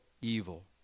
evil